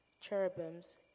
cherubims